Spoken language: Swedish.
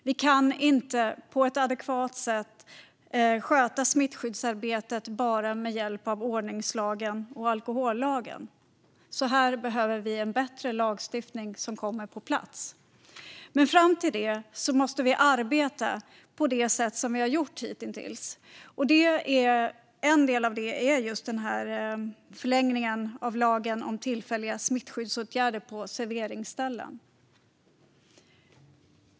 Vi kan inte sköta smittskyddsarbetet på ett adekvat sätt bara med hjälp av ordningslagen och alkohollagen. Vi behöver få bättre lagstiftning på plats. Fram till dess måste vi arbeta på det sätt som vi har gjort hitintills, och en del av det är denna förlängning av lagen om tillfälliga smittskyddsåtgärder på serveringsställen.